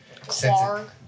Clark